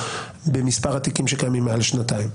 במספר התיקים שקיימים מעל לשנתיים.